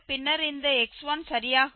பின்னர் இந்த x1 சரியாக உள்ளது